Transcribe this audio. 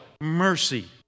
mercy